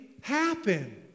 happen